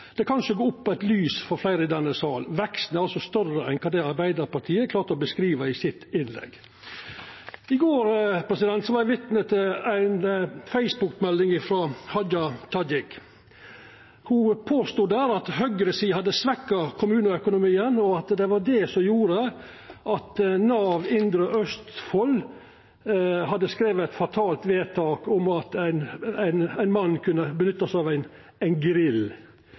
det kanskje gå opp eit lys for fleire i denne salen. Veksten er altså større enn det ein frå Arbeidarpartiet klarte å beskrive i innlegget sitt. I går var eg vitne til ei Facebook-melding frå Hadia Tajik. Ho påstod der at høgresida hadde svekt kommuneøkonomien, og at det var det som gjorde at Nav Indre Østfold hadde skrive eit fatalt vedtak om at ein mann kunne nytta seg av ein grill